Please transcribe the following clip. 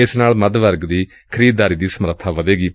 ਇਸ ਨਾਲ ਮੱਧ ਵਰਗ ਦੀ ਖਰੀਦਦਾਰੀ ਦੀ ਸਮਰਬਾ ਵਧੇਗੀ